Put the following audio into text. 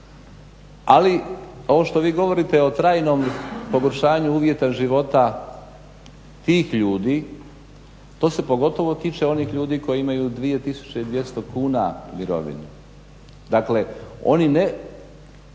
Ali ovo što vi govorite o trajnom pogoršanju uvjeta života tih ljudi, to se pogotovo tiče onih ljudi koji imaju 2.200 kuna mirovinu. Dakle oni ne